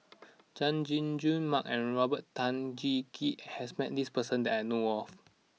Chay Jung Jun Mark and Robert Tan Jee Keng has met this person that I know of